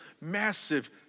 massive